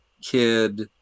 kid